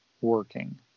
working